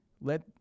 let